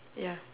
ya